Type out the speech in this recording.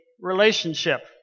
relationship